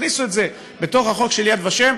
אז הכניסו את זה לחוק של יד ושם,